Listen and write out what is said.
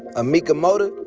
amika moda,